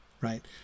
right